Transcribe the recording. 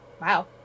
Wow